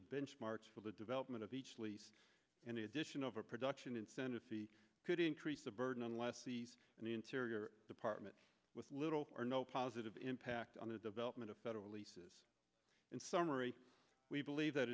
of benchmarks for the development of each least in addition of a production incentive c could increase the burden on less than the interior department with little or no positive impact on the development of federal leases in summary we believe that